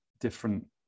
different